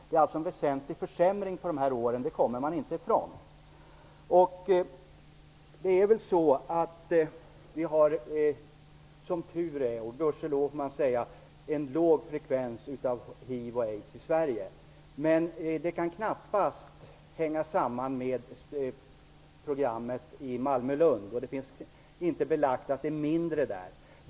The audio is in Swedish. Det har alltså skett en väsentlig försämring under de här åren; det kommer vi inte ifrån. Som tur är - Gud ske lov, skulle jag vilja säga - är det en låg frekvens beträffande hiv och aids i Sverige. Det kan dock knappast hänga samman med programmet i Malmö och Lund. Det finns heller inte belagt att det skulle vara mindre där.